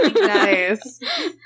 Nice